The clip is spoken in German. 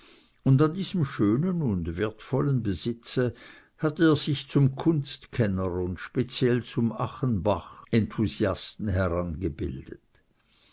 und an diesem schönen und wertvollen besitze hatte er sich zum kunstkenner und speziell zum achenbach enthusiasten